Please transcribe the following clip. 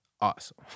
Awesome